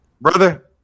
Brother